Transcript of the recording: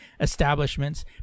establishments